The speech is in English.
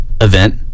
event